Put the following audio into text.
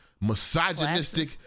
misogynistic